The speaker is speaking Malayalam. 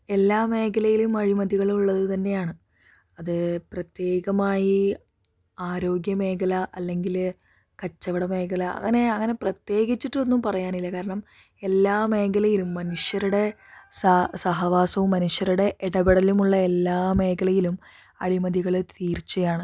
എല്ലാ മേഖലയിലും അഴിമതികൾ ഉള്ളത് തന്നെയാണ് അത് പ്രത്യേകമായി ആരോഗ്യമേഖല അല്ലെങ്കില് കച്ചവട മേഖല അങ്ങനെ അങ്ങനെ പ്രത്യേകിച്ചിട്ട് ഒന്നും പറയാനില്ല കാരണം എല്ലാ മേഖലയിലും മനുഷ്യരുടെ സ സഹവാസവും മനുഷ്യരുടെ ഇടപെടലുമുള്ള എല്ലാ മേഖലയിലും അഴിമതികള് തീർച്ചയാണ്